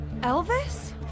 Elvis